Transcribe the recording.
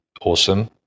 awesome